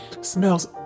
smells